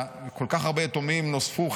שכל כך הרבה יתומים נוספו,